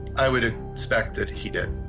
i would expect that he did.